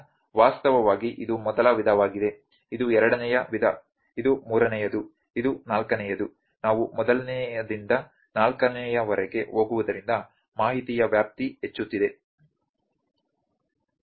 ಆದ್ದರಿಂದ ವಾಸ್ತವವಾಗಿ ಇದು ಮೊದಲ ವಿಧವಾಗಿದೆ ಇದು ಎರಡನೆಯ ವಿಧ ಇದು ಮೂರನೆಯದು ಇದು ನಾಲ್ಕನೆಯದು ನಾವು ಮೊದಲನೆಯಿಂದ ನಾಲ್ಕನೆಯವರೆಗೆ ಹೋಗುವುದರಿಂದ ಮಾಹಿತಿಯ ವ್ಯಾಪ್ತಿ ಹೆಚ್ಚುತ್ತಿದೆ